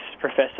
professor